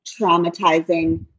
traumatizing